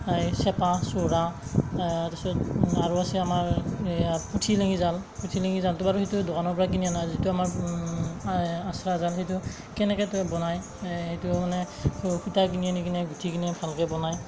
চেপা চূড়া তাৰপিছত আৰু আছে আমাৰ পুঠি লাঙি জাল পুঠি লাঙি জালটো বাৰু সেইটো দোকানৰপৰা কিনি অনা যিটো আমাৰ আঠুৱা জাল সেইটো কেনেকৈ তাত বনায় সেইটো মানে সূতা কিনি আনি কেনে গুঠি কিনি ভালকৈ বনায়